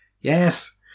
yes